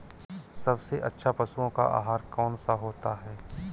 सबसे अच्छा पशुओं का आहार कौन सा होता है?